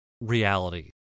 reality